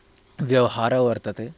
व्यवहारो वर्तते